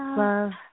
love